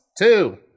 Two